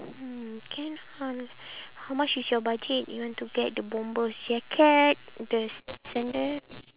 mm can ho~ how much is your budget you want to get the bombers jacket the sandal